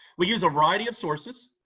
we use a variety of sources,